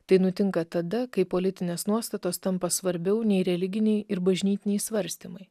tai nutinka tada kai politinės nuostatos tampa svarbiau nei religiniai ir bažnytiniai svarstymai